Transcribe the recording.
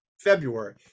February